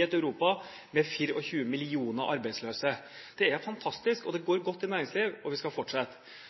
et Europa med 24 millioner arbeidsløse. Det er fantastisk. Det går godt i næringslivet, og vi skal fortsette.